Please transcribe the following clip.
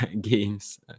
games